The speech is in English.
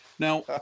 Now